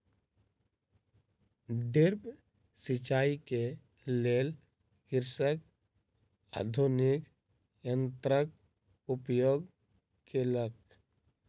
drip सिचाई के लेल कृषक आधुनिक यंत्रक उपयोग केलक